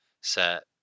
set